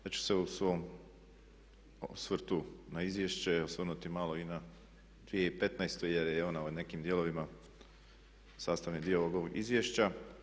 Ja ću se u svom osvrtu na izvješće osvrnuti malo i na 2015. jer je i ona u nekim dijelovima sastavni dio ovog izvješća.